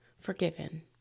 forgiven